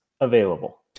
available